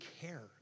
care